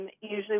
Usually